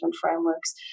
frameworks